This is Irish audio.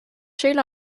siúl